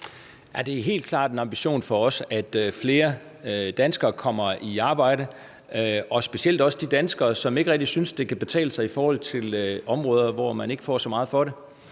det er helt klart en ambition for os, at flere danskere kommer i arbejde og specielt også de danskere, som ikke rigtig synes, det kan betale sig på områder, hvor man ikke får så meget for det.